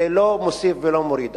זה לא מוסיף ולא מוריד.